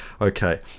okay